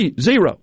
Zero